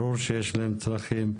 ברור שיש להם צרכים,